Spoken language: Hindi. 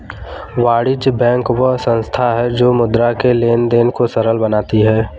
वाणिज्य बैंक वह संस्था है जो मुद्रा के लेंन देंन को सरल बनाती है